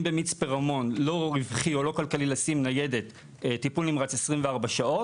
אם במצפה רמון לא רווחי או לא כלכלי לשים ניידת טיפול נמרץ 24 שעות,